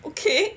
okay